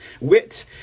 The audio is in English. wit